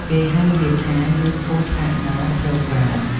គេហៅវាថា YouTube Partner Program។